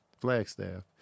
Flagstaff